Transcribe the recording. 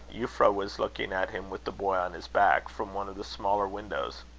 euphra was looking at him with the boy on his back, from one of the smaller windows.